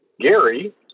Gary